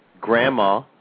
grandma